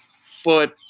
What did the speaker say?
foot